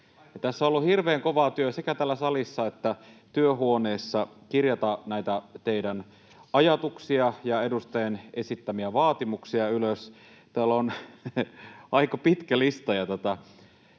Tässä on ollut hirveän kova työ sekä täällä salissa että työhuoneessa kirjata näitä teidän ajatuksianne ja edustajien esittämiä vaatimuksia ylös. Täällä on aika pitkä lista,